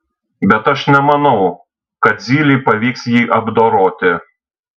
bet aš nemanau kad zylei pavyks jį apdoroti